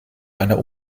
einer